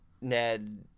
Ned